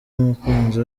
umukunzi